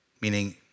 meaning